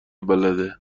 بلده